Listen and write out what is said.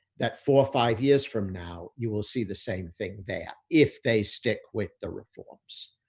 that four or five years from now, you will see the same thing there, if they stick with the reforms,